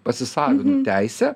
pasisavinu teisę